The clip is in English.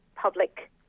public